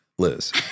liz